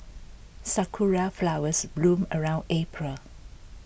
sakura flowers bloom around April